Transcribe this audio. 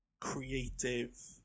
creative